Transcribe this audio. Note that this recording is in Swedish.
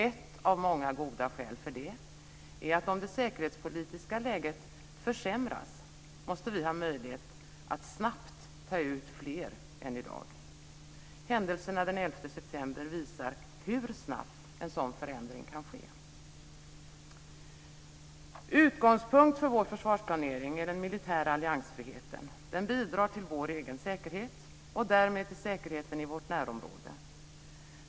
Ett av många goda skäl för det är att om det säkerhetspolitiska läget försämras så måste vi ha möjlighet att snabbt ta ut fler än i dag. Händelserna den 11 september visar hur snabbt en sådan förändring kan ske. Utgångspunkt för vår försvarsplanering är den militära alliansfriheten. Den bidrar till vår egen säkerhet och därmed till säkerheten i vårt närområde.